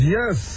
yes